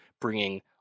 bringing